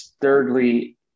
Thirdly